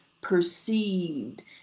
perceived